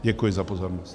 Děkuji za pozornost.